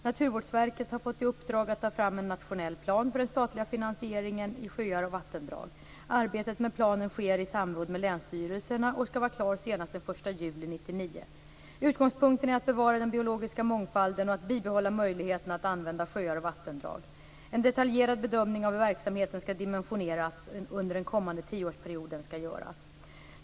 Naturvårdsverket har fått i uppdrag att ta fram en nationell plan för den statliga finansieringen av kalkningsverksamheten i sjöar och vattendrag. Arbetet med planen sker i samråd med länsstyrelserna och skall vara klart senast den 1 juli 1999. Utgångspunkten är att bevara den biologiska mångfalden och att bibehålla möjligheterna att använda sjöar och vattendrag. En detaljerad bedömning av hur verksamheten skall dimensioneras under kommande tioårsperiod skall göras.